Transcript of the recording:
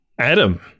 Adam